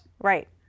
Right